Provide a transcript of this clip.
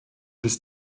bis